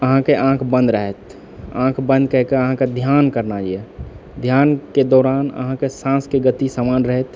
अहाँकेँ आँख बन्द रहत आँख बन्द कएकऽ अहाँकेँ ध्यान करना यऽ ध्यानके दौरान अहाँकेँ साँसके गति सामान्य रहत